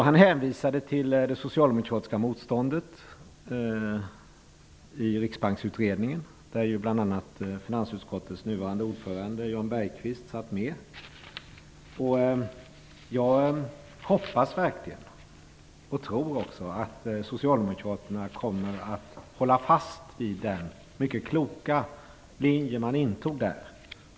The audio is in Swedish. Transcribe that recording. Han hänvisar till det socialdemokratiska motståndet i Riksbanksutredningen, där bl.a. finansutskottets nuvarande ordförande Jan Bergqvist deltog. Jag hoppas verkligen, och tror, att Socialdemokraterna kommer att hålla fast vid den mycket kloka linje de intog där.